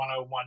101